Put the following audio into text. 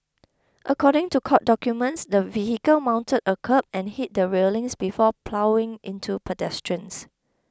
according to court documents the vehicle mounted a kerb and hit the railings before ploughing into pedestrians